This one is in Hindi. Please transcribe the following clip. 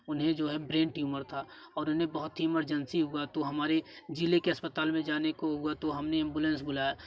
उन्हें जो है ब्रेन ट्यूमर था और उन्हें बहुत ही इमरजेंसी हुआ तो हमारे जिले के अस्पताल में जाने को हुआ तो हमने एंबुलेंस बुलाया